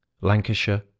lancashire